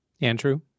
Andrew